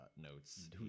notes